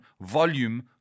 volume